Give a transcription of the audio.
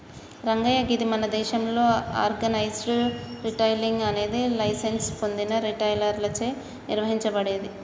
రంగయ్య గీది మన దేసంలో ఆర్గనైజ్డ్ రిటైలింగ్ అనేది లైసెన్స్ పొందిన రిటైలర్లచే నిర్వహించబడేది